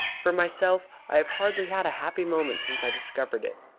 for myself i have hardly had a happy moment since i discovered it.